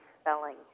spelling